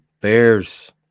Bears